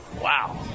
Wow